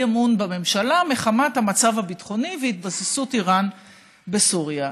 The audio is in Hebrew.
הזאת אי-אמון בממשלה מחמת המצב הביטחוני והתבססות איראן בסוריה.